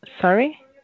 Sorry